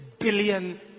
billion